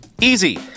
Easy